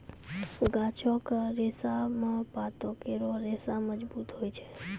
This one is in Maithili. गाछो क रेशा म पातो केरो रेशा मजबूत होय छै